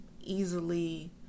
easily